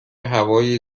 هوای